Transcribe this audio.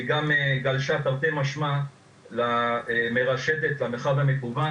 היא גלשה למרחב המקוון,